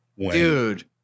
Dude